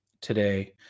today